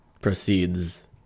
proceeds